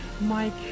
Mike